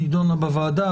נידונה בוועדה,